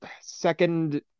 second